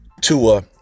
Tua